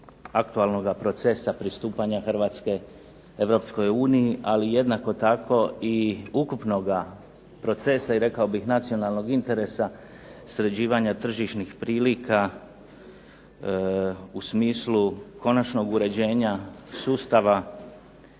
aktualnog procesa pristupanja Hrvatske EU, ali jednako tako ukupnog procesa i rekao bi nacionalnog interesa sređivanja tržišnih prilika u smislu konačnog uređenja sustava prema